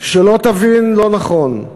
שלא תבין לא נכון,